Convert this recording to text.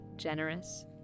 Generous